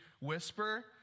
whisper